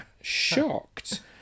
shocked